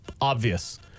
obvious